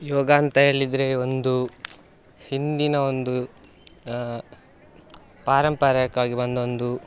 ಯೋಗ ಅಂತ ಹೇಳಿದ್ರೆ ಒಂದು ಹಿಂದಿನ ಒಂದು ಪಾರಂಪರಿಕ್ವಾಗಿ ಬಂದ ಒಂದು